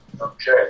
Okay